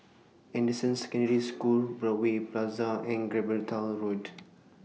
Anderson Secondary School Broadway Plaza and Gibraltar Road